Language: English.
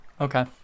Okay